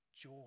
joy